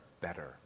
better